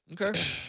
Okay